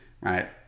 right